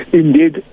indeed